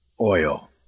oil